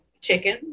chicken